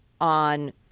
on